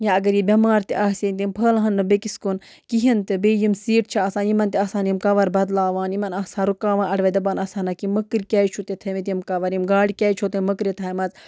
یا اگر یہِ بٮ۪مار تہِ آسہِ ہے تِم پھٔلٕہن نہٕ بیٚکِس کُن کِہیٖنۍ تہٕ بیٚیہِ یِم سیٖٹ چھِ آسان یِمَن تہِ آسان یِم کَوَر بَدلاوان یِمَن آسان رُکاوان اَڈوتہِ دَپان آسان ہانکھ یِم مٔکٕرۍ کیٛازِ چھُ تۄہہِ تھٲیمٕتۍ یِم کَوَر یِم گاڑِ کیٛازِ چھُو تۄہہِ مٔکرِ تھایمَژٕ